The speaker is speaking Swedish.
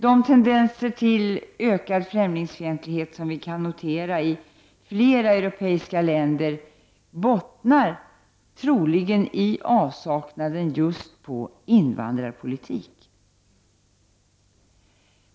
De tendenser till ökad främlingsfientlighet som vi kan notera i flera europeiska länder bottnar troligen i avsaknad av just invandrarpolitik.